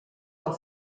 del